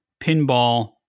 pinball